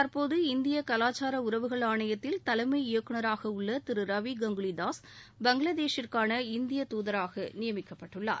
தற்போது இந்திய கலாச்சார உறவுகள் ஆணையத்தில் தலைமை இயக்குநராக உள்ள திரு ரவி கங்குலி தாஸ் பங்களாதேஷிற்கான இந்திய தூதராக நியமிக்கப்பட்டுள்ளார்